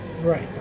Right